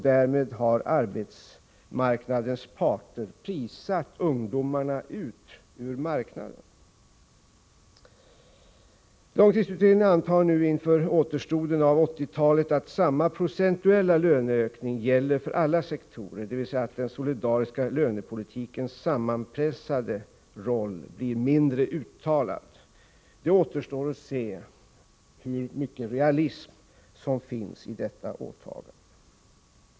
Därmed har arbetsmarknadens parter prissatt ungdomarna ut ur marknaden. Långtidsutredningen antar nu inför återstoden av 1980-talet att samma procentuella löneökning gäller för alla sektorer, dvs. att den solidariska lönepolitikens sammanpressade roll blir mindre uttalad. Det återstår att se hur mycket realism som finns i detta antagande.